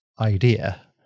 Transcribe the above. idea